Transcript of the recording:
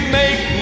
make